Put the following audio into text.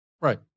Right